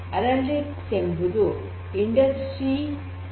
analytics ಎಂಬುದು industry ೪